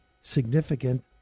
significant